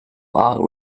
are